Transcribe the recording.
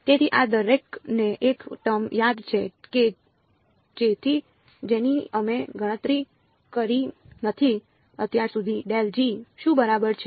તેથી આ દરેકને એક ટર્મ યાદ છે કે જેની અમે ગણતરી કરી નથી અત્યાર સુધી શું બરાબર છે